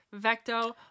Vecto